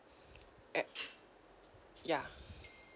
at ya